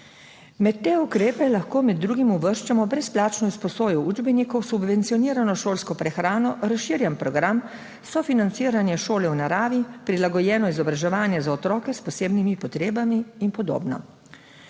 Med te ukrepe lahko med drugim uvrščamo brezplačno izposojo učbenikov, subvencionirano šolsko prehrano, razširjen program, sofinanciranje šole v naravi, prilagojeno izobraževanje za otroke s posebnimi potrebami in podobno.